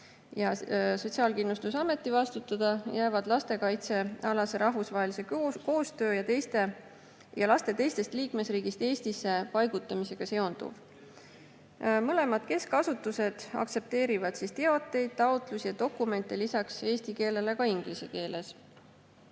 Sotsiaalkindlustusameti vastutada jääb lastekaitsealase rahvusvahelise koostöö ja laste teisest liikmesriigist Eestisse paigutamisega seonduv. Mõlemad keskasutused aktsepteerivad teateid, taotlusi ja dokumente lisaks eesti keelele ka inglise keeles. Nende